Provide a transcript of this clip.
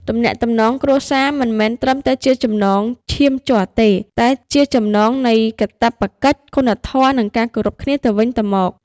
ទំនាក់ទំនងគ្រួសារមិនមែនត្រឹមតែជាចំណងឈាមជ័រទេ តែជាចំណងនៃកាតព្វកិច្ច គុណធម៌ និងការគោរពគ្នាទៅវិញទៅមក។